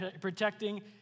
protecting